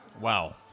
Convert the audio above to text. wow